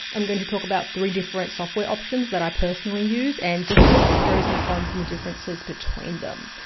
i'm going to talk about three different software options that i personally use and just the pros and cons and the differences between them.